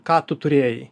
ką tu turėjai